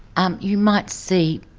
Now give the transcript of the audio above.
um you might see